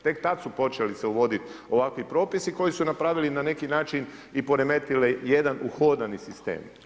Tek tada su počeli uvoditi ovakvi propisi, koji su napravili na neki način i poremetile jedan uhodani sistem.